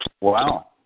Wow